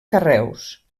carreus